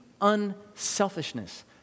unselfishness